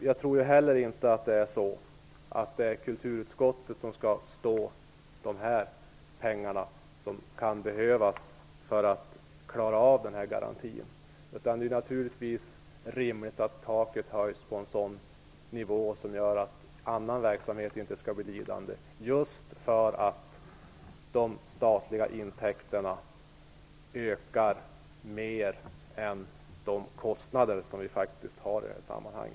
Jag tror heller inte att kulturutskottet skall stå för de pengar som kan behövas för att man skall klara av garantin. Det är naturligtvis rimligt att taket höjs till en sådan nivå att annan verksamhet inte blir lidande, just för att de statliga intäkterna ökar mer än de kostnader som vi faktiskt har i detta sammanhang.